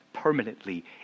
permanently